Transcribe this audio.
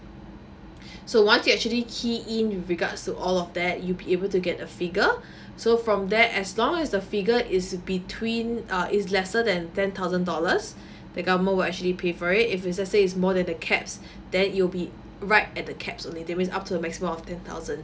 so once you actually key in with regards to all of that you be able to get a figure so from there as long as the figure is between uh is lesser than ten thousand dollars the government will actually pay for it if it's let's say is more than the caps that you'll be right at the caps only that means up to a maximum of ten thousand